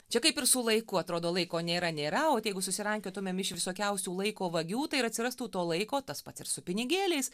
čia kaip ir su laiku atrodo laiko nėra nėra o vat jeigu susirankiotumėm iš visokiausių laiko vagių tai ir atsirastų to laiko tas pats ir su pinigėliais